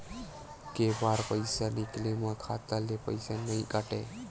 के बार पईसा निकले मा खाता ले पईसा नई काटे?